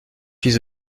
fils